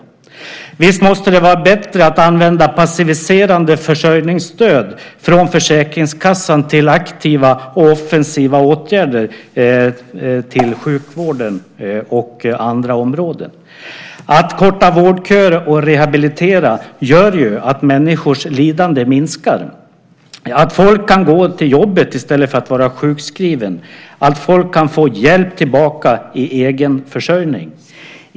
Och visst måste det väl vara bättre att använda passiviserande försörjningsstöd från Försäkringskassan till aktiva och offensiva åtgärder till förmån för sjukvården och andra områden. Att korta vårdköer och att rehabilitera gör ju att människors lidande minskar, att man kan gå till jobbet i stället för att vara sjukskriven och att folk kan få hjälp tillbaka till egen försörjning.